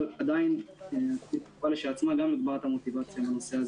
אבל עדיין זה גם מגדיל את המוטיבציה.